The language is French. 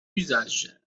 usage